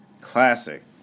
classic